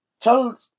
tell